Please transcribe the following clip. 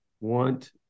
want